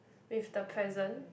with the present